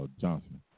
Johnson